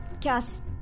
cast